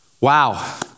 Wow